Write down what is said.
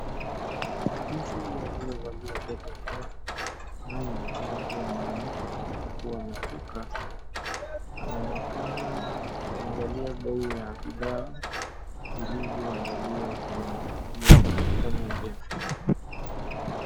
Mtu aliyevalia koti nyeupe, anayeonekana kuwa mwanamke kwa kuwa amesuka anaonekana akiangalia bei ya bidhaa zilizoandaliwa ndani ya jengo.